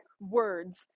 words